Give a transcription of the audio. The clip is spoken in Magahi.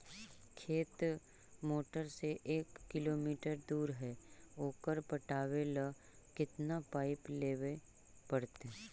खेत मोटर से एक किलोमीटर दूर है ओकर पटाबे ल केतना पाइप लेबे पड़तै?